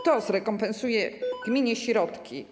Kto zrekompensuje gminie środki?